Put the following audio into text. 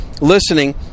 listening